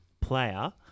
player